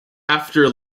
after